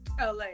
LA